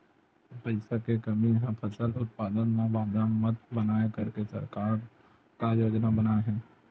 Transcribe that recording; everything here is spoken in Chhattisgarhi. पईसा के कमी हा फसल उत्पादन मा बाधा मत बनाए करके सरकार का योजना बनाए हे?